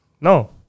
no